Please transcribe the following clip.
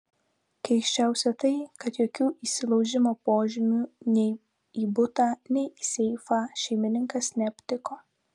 keisčiausia tai kad jokių įsilaužimo požymių nei į butą nei į seifą šeimininkas neaptiko